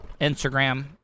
Instagram